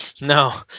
No